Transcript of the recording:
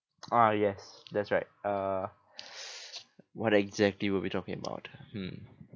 ah yes that's right uh what exactly were we talking about hmm